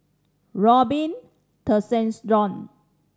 Robin Tessensohn